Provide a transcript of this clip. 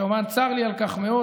וכמובן צר לי על כך מאוד.